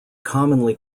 commonly